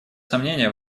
сомнения